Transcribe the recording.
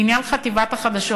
לעניין חטיבת החדשות,